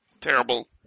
Terrible